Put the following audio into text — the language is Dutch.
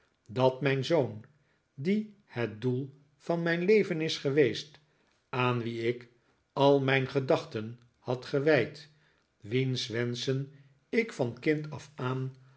dat mijn zoon die het doel van mijn leven is geweest aan wien ik al mijn gedachten had gewijd wiens wenschen ik van kind af aan